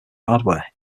hardware